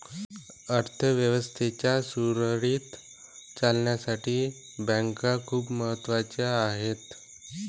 अर्थ व्यवस्थेच्या सुरळीत चालण्यासाठी बँका खूप महत्वाच्या आहेत